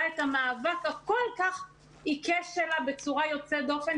את המאבק הכול כך עיקש שלה בצורה יוצאת דופק,